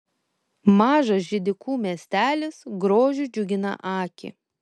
mažas židikų miestelis grožiu džiugina akį